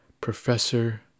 professor